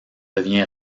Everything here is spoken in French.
devient